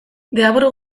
deabru